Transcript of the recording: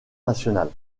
nationale